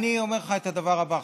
אני אומר לך את הדבר הבא,